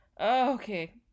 Okay